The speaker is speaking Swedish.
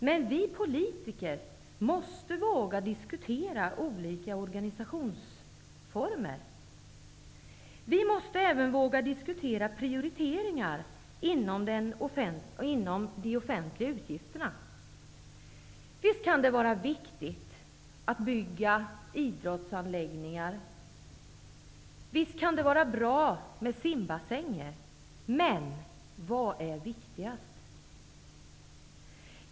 Men vi politiker måste våga diskutera olika organisationsformer. Vi måste även våga diskutera prioriteringar inom de offentliga utgifterna. Visst kan det vara viktigt att bygga idrottsanläggningar. Visst kan det vara bra med simbassänger. Men vad är viktigast?